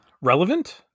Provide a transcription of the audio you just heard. relevant